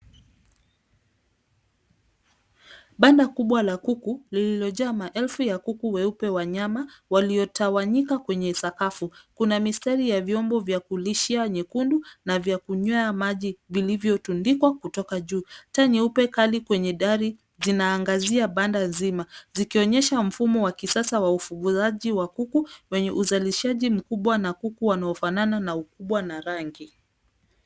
Banda kubwa la kuku, lililojaa maelfu ya kuku weupe wanyama, waliotawanyika kwenye sakafu. Kuna mistari ya vyombo vya kulishia nyekundu na vya kunywea maji vilivyotundikwa kutoka juu. Taa nyeupe kali kwenye dari zinaangazia banda zima, zikionyesha mfumo wa kisasa wa ufugaji wa kuku, wenye uzalishaji mkubwa na kuku wanaofanana na ukubwa na rangi.